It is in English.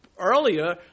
Earlier